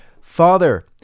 Father